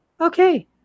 Okay